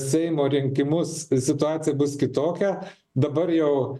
seimo rinkimus situacija bus kitokia dabar jau